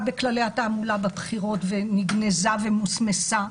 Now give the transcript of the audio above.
בכללי התעמולה בבחירות ונגנזה ומוסמסה.